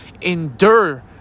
endure